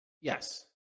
yes